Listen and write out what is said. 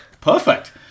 Perfect